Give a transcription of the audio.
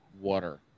water